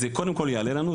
זה קודם כל יעלה לנו,